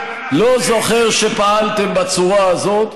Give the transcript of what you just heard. כשאולמרט היה, לא זוכר שפעלתם בצורה הזאת,